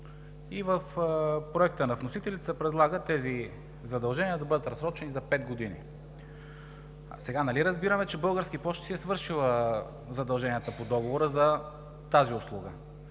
и в проекта на вносителите се предлага тези задължения да бъдат разсрочени за 5 години. Нали разбираме, че Български пощи си е свършила задълженията по договора за тази услуга?